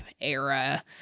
era